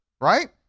right